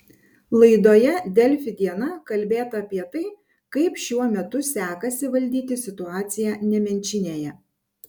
laidoje delfi diena kalbėta apie tai kaip šiuo metu sekasi valdyti situaciją nemenčinėje